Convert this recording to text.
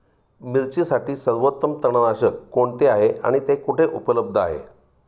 मिरचीसाठी सर्वोत्तम तणनाशक कोणते आहे आणि ते कुठे उपलब्ध आहे?